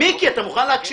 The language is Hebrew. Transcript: מיקי, אתה מוכן להקשיב?